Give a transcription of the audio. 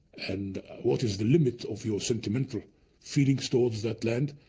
and what is the limit of your sentimental feelings towards that land,